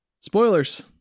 Spoilers